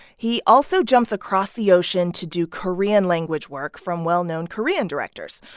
he also jumps across the ocean to do korean language work from well-known korean directors.